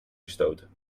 gestoten